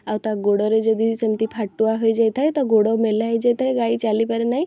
ଆଉ ତା' ଗୋଡ଼ରେ ଯଦି ସେମିତି ଫାଟୁଆ ହୋଇ ଯାଇଥାଏ ତା' ଗୋଡ଼ ମେଲା ହୋଇ ଯାଇଥାଏ ସେ ଚାଲିପାରେ ନାହିଁ